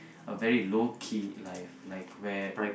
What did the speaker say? a very low key life like where